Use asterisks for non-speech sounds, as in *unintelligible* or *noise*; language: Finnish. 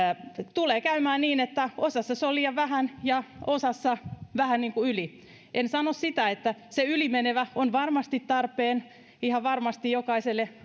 tulee käymään niin että osassa se on liian vähän ja osassa vähän niin kuin liikaa en sano sitä etteikö se ylimenevä ole varmasti tarpeen ihan varmasti jokaiselle *unintelligible*